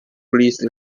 please